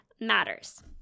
matters